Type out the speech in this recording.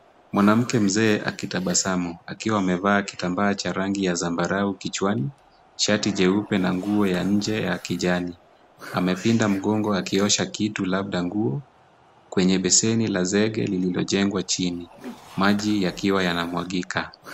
Mwanamke mzee akitabasamu, akiwa amevaa kitambaa cha rangi ya zambarau kichwani, shati jeupe na nguo ya nje ya kijani. Amepinda mgongo akiosha kitu labda nguo kwenye beseni la zege liliojengwa chini, maji yakiwa yanamwagika.